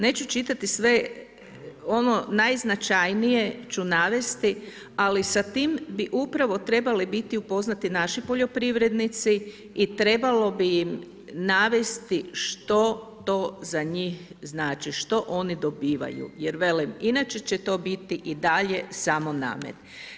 Neću čitati sve, ono najznačajnije ću navesti, ali sa tim bi upravo trebali biti upoznati naši poljoprivrednici i trebalo bi im navesti što to zna njih znači, što oni dobivaju jer velim, inače će to biti i dalje samo namet.